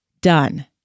done